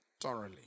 thoroughly